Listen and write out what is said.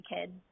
kids